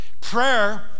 Prayer